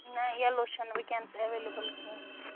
نہَ یَلو چھِنہٕ وُنکٮ۪نَس ایٚویلیبُل کیٚنٛہہ